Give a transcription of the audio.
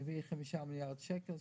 זה יביא 5 מיליארד שקל,